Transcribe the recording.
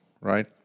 right